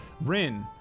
Rin